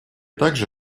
также